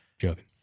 Joking